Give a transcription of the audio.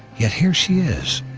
yet here she is,